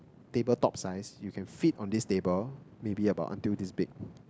table top size you can fit on this table maybe about until this big